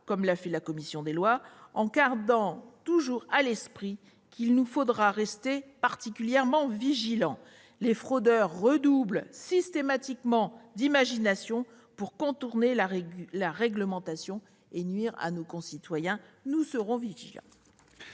de cette proposition de loi en gardant toujours à l'esprit qu'il nous faudra rester particulièrement vigilants, les fraudeurs redoublant systématiquement d'imagination pour contourner la réglementation et nuire à nos concitoyens. La parole est